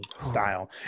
style